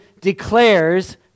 declares